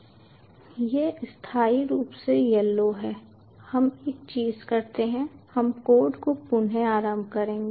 यह स्थायी रूप से यलो है हम एक चीज करते हैं हम कोड को पुनः आरंभ करेंगे